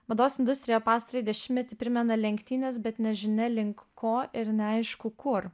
mados industrija pastarąjį dešimtmetį primena lenktynes bet nežinia link ko ir neaišku kur